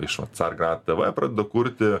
iš atsargat tv pradeda kurti